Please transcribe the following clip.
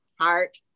heart